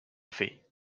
fais